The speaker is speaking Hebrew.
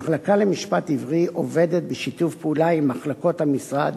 המחלקה למשפט עברי עובדת בשיתוף פעולה עם מחלקות המשרד,